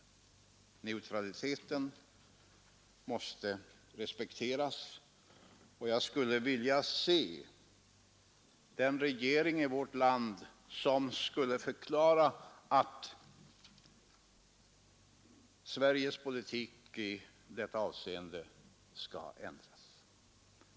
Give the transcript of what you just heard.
Neutraliteten måste respekteras, och jag skulle vilja se den regering i vårt land som skulle förklara att Sveriges politik i detta avseende skall ändras.